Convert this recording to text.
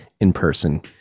in-person